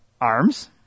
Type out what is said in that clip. arms